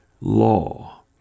law